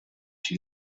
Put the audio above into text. she